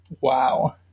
Wow